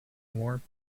warmth